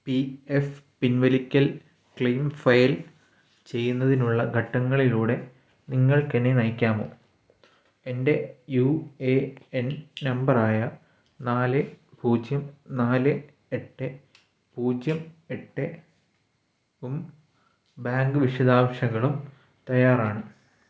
P F പിന്വലിക്കല് claim file ചെയ്യുന്നതിനുള്ള ഘട്ടങ്ങളിലൂടെ നിങ്ങള്ക്കെന്നെ നയിക്കാമോ എന്റെ യു എ എന് നമ്പറായ നാല് പൂജ്യം നാല് എട്ട് പൂജ്യം എട്ട് ഉം ബാങ്ക് വിശദാംശങ്ങളും തയ്യാറാണ്